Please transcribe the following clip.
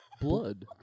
Blood